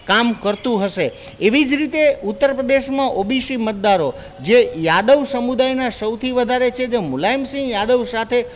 કામ કરતું હશે એવી જ રીતે ઉત્તર પ્રદેશમાં ઓબીસી મતદારો જે યાદવ સમુદાયના સૌથી વધારે છે જે મુલાયમ સિંહ યાદવ સાથે